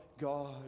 God